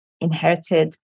inherited